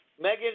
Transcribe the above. Megan